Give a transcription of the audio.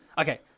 okay